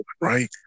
right